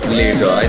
later